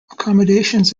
accommodations